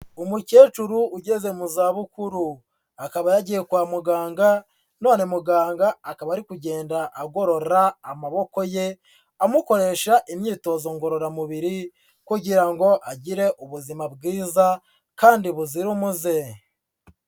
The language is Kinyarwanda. Umukecuru ugeze mu zabukuru, akaba yagiye kwa muganga, none muganga akaba ari kugenda agorora amaboko ye, amukoresha imyitozo ngororamubiri kugira ngo agire ubuzima bwiza kandi buzira umuze.